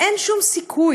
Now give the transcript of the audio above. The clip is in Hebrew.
אין שום סיכוי.